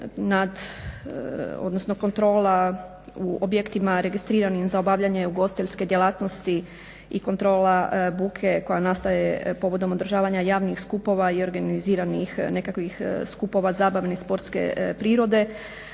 kada je kontrola u objektima registriranim za obavljanje ugostiteljske djelatnosti i kontrola buke koja nastaje povodom održavanja javnih skupova i organiziranih nekakvih skupova zabavne sportske prirode